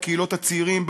בקהילות הצעירים,